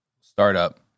startup